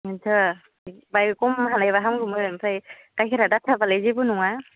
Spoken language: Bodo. बेनोथ' बाहाय खम खालामबा हामगौमोन ओमफ्राय गाइखेरा दाखा बालाय जेबो नङा